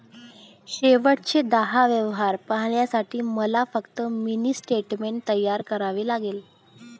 शेवटचे दहा व्यवहार पाहण्यासाठी मला फक्त मिनी स्टेटमेंट तयार करावे लागेल